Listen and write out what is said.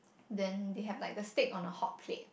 then they have like the stake on the hot plate